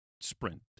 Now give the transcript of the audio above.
sprint